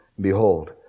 behold